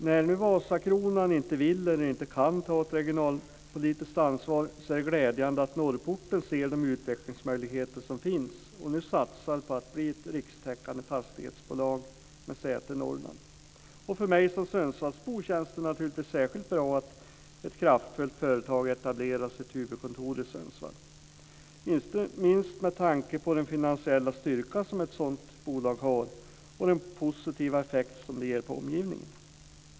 När nu Vasakronan inte vill eller inte kan ta ett regionalpolitiskt ansvar är det glädjande att Norrporten ser de utvecklingsmöjligheter som finns och nu satsar på att bli ett rikstäckande fastighetsbolag med säte i Norrland. För mig som sundsvallsbo känns det naturligtvis särskilt bra att ett kraftfullt företag etablerar sitt huvudkontor i Sundsvall, inte minst med tanke på den finansiella styrka som ett sådant bolag har och den positiva effekt som det ger på omgivningen.